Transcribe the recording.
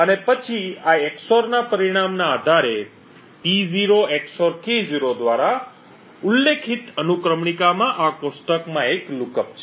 અને પછી આ XOR ના પરિણામના આધારે P0 XOR K0 દ્વારા ઉલ્લેખિત અનુક્રમણિકામાં આ કોષ્ટકમાં એક લુકઅપ છે